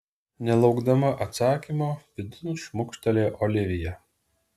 nelaukdama atsakymo vidun šmukštelėjo olivija